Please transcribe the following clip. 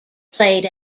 played